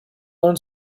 learn